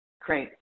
Great